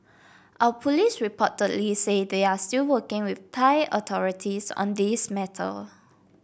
our police reportedly say they are still working with Thai authorities on this matter